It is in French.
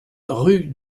rue